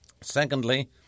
Secondly